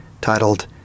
titled